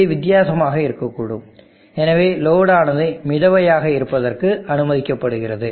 இது வித்தியாசமாக இருக்கக்கூடும் எனவே லோடு ஆனது மிதவையாக இருப்பதற்கு அனுமதிக்கப்படுகிறது